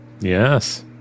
Yes